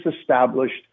established